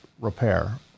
repair